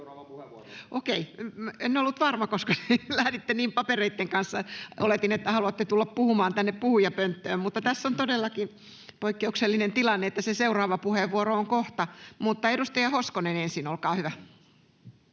En ollut varma, koska te lähditte papereitten kanssa. Oletin, että haluatte tulla puhumaan tänne puhujapönttöön. Tässä on todellakin poikkeuksellinen tilanne, että se seuraava puheenvuoro on kohta. — Mutta edustaja Hoskonen ensin, olkaa hyvä.